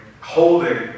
holding